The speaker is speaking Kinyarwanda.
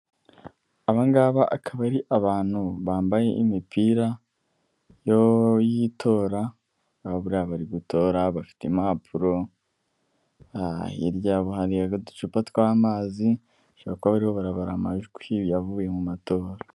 Aba ngaba akaba ari abantu bambaye imipira y'itora buriya bari gutora, bafite impapuro, hirya yabo hari uducupa tw'amazi bashobora kuba barimo barabara amajwi yavuye mu matora.